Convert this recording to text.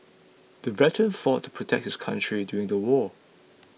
the veteran fought to protect his country during the war